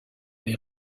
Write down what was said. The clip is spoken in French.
les